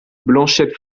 blanchet